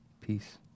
Peace